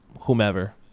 whomever